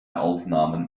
aufnahmen